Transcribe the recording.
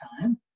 time